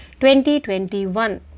2021